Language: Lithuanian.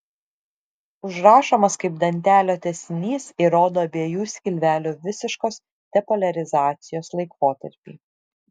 užrašomas kaip dantelio tęsinys ir rodo abiejų skilvelių visiškos depoliarizacijos laikotarpį